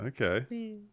Okay